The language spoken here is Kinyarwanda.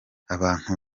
abantu